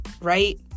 right